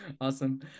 Awesome